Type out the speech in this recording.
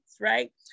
right